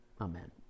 amen